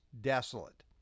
desolate